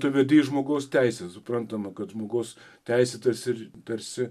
tu vedi į žmogaus teises suprantama kad žmogus teisėtas ir tarsi